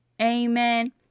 Amen